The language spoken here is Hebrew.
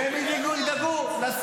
והם ידאגו לשר.